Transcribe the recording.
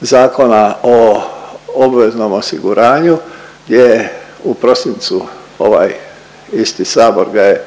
zakona o obveznom osiguranju je u prosincu ovaj isti Sabor ga je,